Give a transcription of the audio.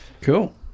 Cool